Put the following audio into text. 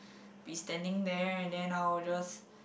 be standing there and then I will just